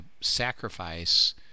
sacrifice